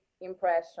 impression